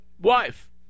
wife